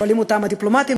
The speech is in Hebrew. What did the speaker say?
שואלים אותם הדיפלומטים,